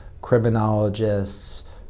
criminologists